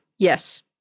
Yes